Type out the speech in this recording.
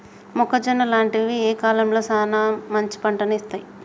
మొక్కజొన్న లాంటివి ఏ కాలంలో సానా మంచి పంటను ఇత్తయ్?